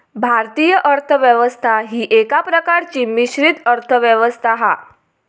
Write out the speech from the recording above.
भारतीय अर्थ व्यवस्था ही एका प्रकारची मिश्रित अर्थ व्यवस्था हा